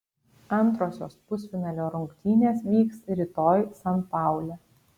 antrosios pusfinalio rungtynės vyks rytoj san paule